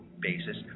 basis